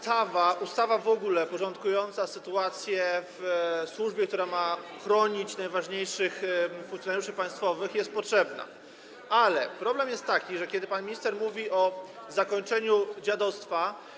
Ta ustawa, w ogóle ustawa porządkująca sytuację w służbie, która ma chronić najważniejszych funkcjonariuszy państwowych, jest potrzebna, ale problem jest taki, że kiedy pan minister mówi o zakończeniu dziadostwa.